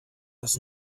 das